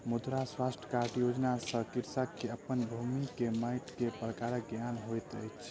मृदा स्वास्थ्य कार्ड योजना सॅ कृषक के अपन भूमि के माइट के प्रकारक ज्ञान होइत अछि